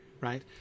right